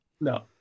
no